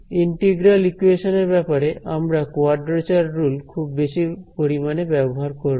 integral equation এর ব্যাপারে আমরা কোয়াড্রেচার রুল খুব বেশি পরিমাণে ব্যবহার করব